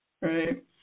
right